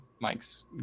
Mike's